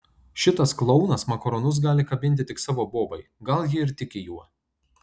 šitas klounas makaronus gali kabinti tik savo bobai gal ji ir tiki juo